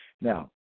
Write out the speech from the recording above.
Now